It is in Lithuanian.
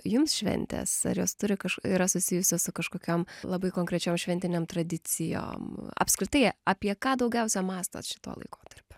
jums šventės ar jos turi kaž yra susijusios su kažkokiom labai konkrečiom šventinėm tradicijom apskritai apie ką daugiausia mąstot šituo laikotarpiu